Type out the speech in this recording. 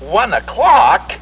one o'clock